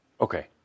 Okay